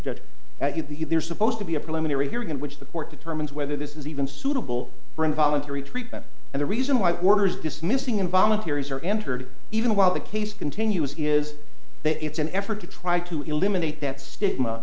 the there is supposed to be a preliminary hearing in which the court determines whether this is even suitable for involuntary treatment and the reason why orders dismissing in volunteers are entered even while the case continues is that it's an effort to try to eliminate that stigma